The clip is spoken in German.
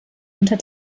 unter